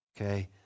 Okay